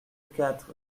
quatre